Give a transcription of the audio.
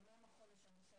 אבל מה עם החודש הנוסף?